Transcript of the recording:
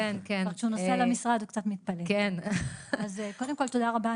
קודם כול, תודה רבה.